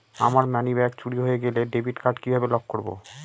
আমার মানিব্যাগ চুরি হয়ে গেলে ডেবিট কার্ড কিভাবে লক করব?